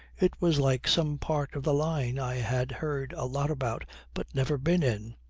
it was like some part of the line i had heard a lot about but never been in.